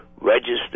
register